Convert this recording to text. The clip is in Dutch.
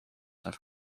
zijn